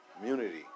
community